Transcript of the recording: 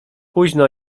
późno